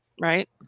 Right